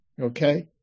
okay